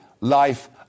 life